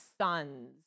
sons